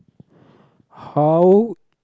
how